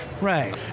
Right